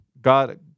God